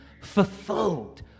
fulfilled